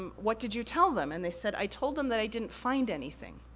um what did you tell them? and they said, i told them that i didn't find anything.